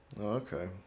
okay